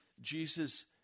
Jesus